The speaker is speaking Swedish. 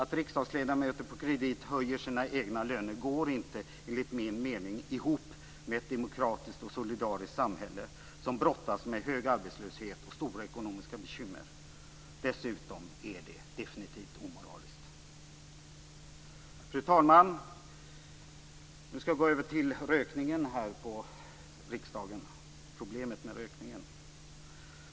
Att riksdagsledamöter på kredit höjer sina egna löner går inte, enligt min mening, ihop med ett demokratiskt och solidariskt samhälle som brottas med hög arbetslöshet och stora ekonomiska bekymmer. Dessutom är det definitivt omoraliskt. Fru talman!